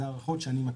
אלו ההערכות שאני מכיר.